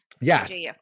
yes